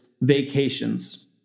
vacations